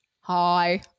Hi